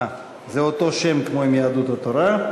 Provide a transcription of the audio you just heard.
אהה, זה אותו שם כמו של יהדות התורה,